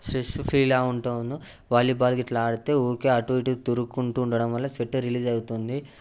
stress ఫ్రీలా ఉంటు ఉన్నాం వాలీబాల్ గిట్లా ఆడితే ఊరికే అటు ఇటు తిరుగుకుంటు ఉండడం వల్ల స్వెట్ రిలీజ్ అవుతుంది